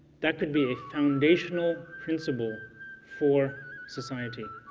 that could be a foundational principle for society.